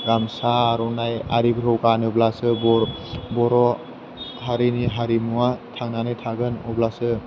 गामसा आर'नाइ आरिफोरखौ गानोब्लासो बर' हारिनि हारिमुवा थांनानै थागोन अब्लासो